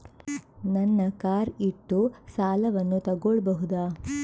ನನ್ನ ಕಾರ್ ಇಟ್ಟು ಸಾಲವನ್ನು ತಗೋಳ್ಬಹುದಾ?